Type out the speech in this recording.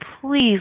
please